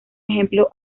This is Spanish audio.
ejemplo